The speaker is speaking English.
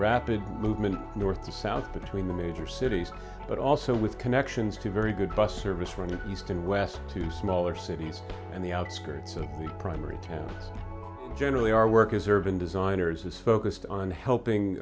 rapid movement north to south between the major cities but also with connections to very good bus service from the east and west to smaller cities and the outskirts of the primary town generally our work is urban designers is focused on